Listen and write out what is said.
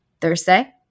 thursday